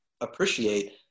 appreciate